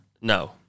no